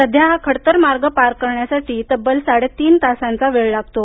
सध्या हा खडतर मार्ग पार करण्यासाठी तब्बल साडे तीन तासांचा वेळ लागतो